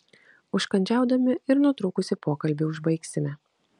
užkandžiaudami ir nutrūkusį pokalbį užbaigsime